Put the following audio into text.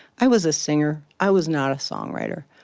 i was a singer. i was not a songwriter.